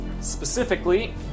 specifically